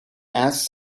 ass